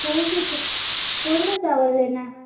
कौनसी सर कौनसा चावल लेना है